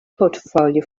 portfolio